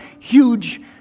huge